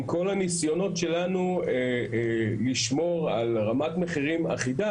כל הניסיונות שלנו לשמור על רמת מחירים אחידה,